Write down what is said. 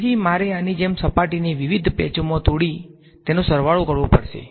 તેથી મારે આની જેમ સપાટીને વિવિધ પેચોમાં તોડીને તેને સરવાળો કરવો પડશે